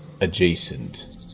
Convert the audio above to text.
adjacent